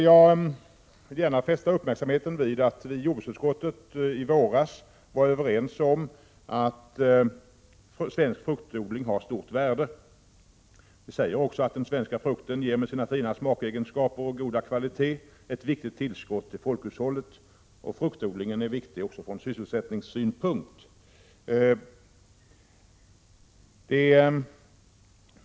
Jag vill gärna fästa uppmärksamheten på att vi i jordbruksutskottet i våras var överens om att svensk fruktodling har stort värde. Med sina fina smakegenskaper och sin goda kvalitet ger den svenska frukten ett viktigt tillskott till folkhushållet. Fruktodlingen är också viktig från sysselsättningssynpunkt.